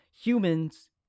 humans